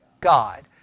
God